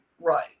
Right